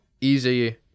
Easy